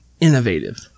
innovative